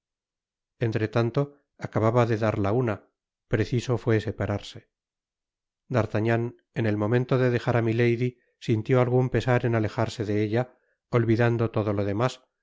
entretanto acababa de dar la una preciso fué separarse d'artagnan en el momento de dejar á milady sintió algun pesar en alejarse de ella olvidando todo lo demás